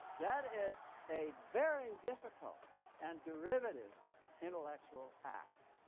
that is a very difficult and derivative intellectual act,